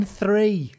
three